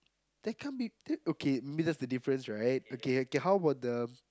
there can't be that okay I mean that's the difference right okay okay how about the